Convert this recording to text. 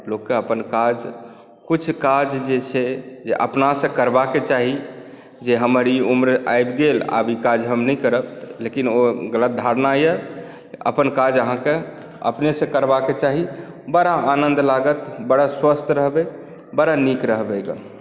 लोककेँ अपन काज किछु काज जे छै जे अपनासँ करबाक चाही जे हमर ई उम्र आबि गेल आब ई काज हम नहि करब लेकिन ओ गलत धारणा यए अपन काज अहाँकेँ अपनेसँ करबाक चाही बड़ा आनन्द लागत बड़ा स्वस्थ्य रहबै बड़ा नीक रहबै